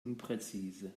unpräzise